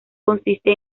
consiste